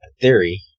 theory